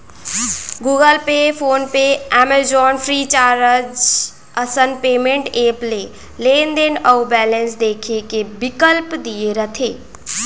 Google Pay, PhonePe, Amazon, Freecharge असन payment app ले लेनदेन अउ बेलेंस देखे के बिकल्प दिये रथे